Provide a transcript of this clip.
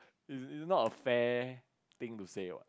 is is not a fair thing to say what